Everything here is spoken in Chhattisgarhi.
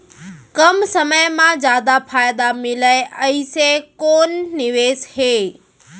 कम समय मा जादा फायदा मिलए ऐसे कोन निवेश हे?